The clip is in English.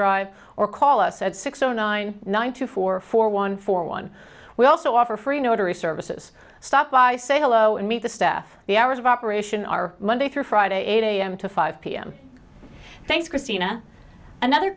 drive or call us at six zero nine nine two four four one four one we also offer free notary services stop by say hello and meet the staff the hours of operation are monday through friday eight a m to five p m thanks christina another